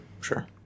Sure